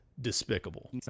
despicable